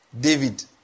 David